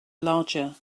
larger